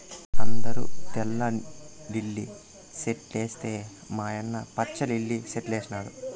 అందరూ తెల్ల లిల్లీ సెట్లేస్తే మా యన్న పచ్చ లిల్లి సెట్లేసినాడు